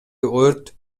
өрт